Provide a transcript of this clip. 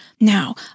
Now